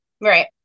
Right